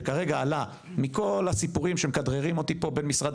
שכרגע עלתה מכל הסיפורים שמקדרים אותי פה ממשרד